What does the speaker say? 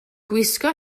gwisgo